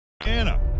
Anna